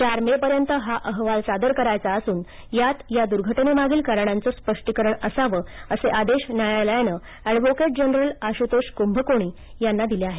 चार मे पर्यत हा अहवाल सादर करायचा असुन त्यात या दर्घटनेमागील कारणांचं स्पष्टीकरण असावं असे आदेश न्यायालयानं अॅडव्होकेट जनरल आशृतोष कृभकोणी यांना दिले आहेत